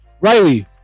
Riley